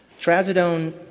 Trazodone